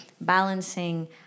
balancing